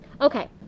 okay